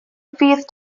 fydd